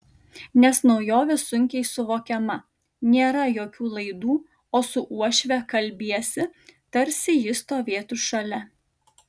nes naujovė sunkiai suvokiama nėra jokių laidų o su uošve kalbiesi tarsi ji stovėtų šalia